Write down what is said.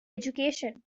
education